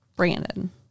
Brandon